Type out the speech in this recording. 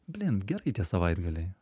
blin gerai tie savaitgaliai